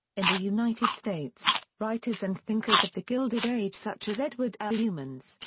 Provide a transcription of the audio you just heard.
in the united states, writers and thinkers of the gilded age such as edward l. youmans,